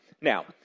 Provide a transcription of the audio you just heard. Now